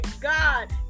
God